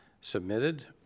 submitted